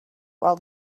while